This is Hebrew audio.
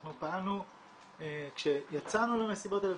אנחנו פעלנו כשיצאנו למסיבות האלה,